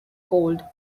called